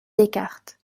descartes